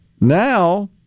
Now